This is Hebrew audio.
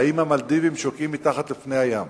האיים המלדיביים שוקעים מתחת לפני הים.